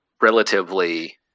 relatively –